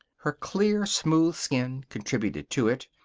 her clear, smooth skin contributed to it,